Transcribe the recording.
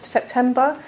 September